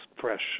fresh